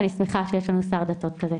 אני שמחה שיש לנו שר דתות כזה.